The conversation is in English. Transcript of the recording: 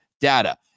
data